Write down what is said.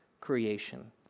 creation